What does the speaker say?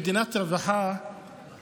במדינת רווחה,